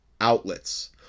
outlets